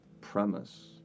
premise